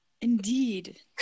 Indeed